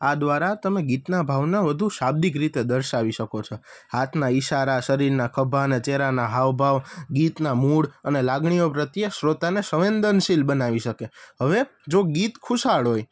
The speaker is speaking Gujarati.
આ દ્વારા તમે ગીતનાં ભાવના વધુ શાબ્દિક રીતે દર્શાવી શકો છો હાથના ઇશારા શરીરના ખભાને ચહેરાનાં હાવભાવ ગીતનાં મૂળ અને લાગણીઓ પ્રત્યે શ્રોતાને સંવેદનશીલ બનાવી શકે હવે જો ગીત ખુશાલ હોય